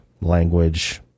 language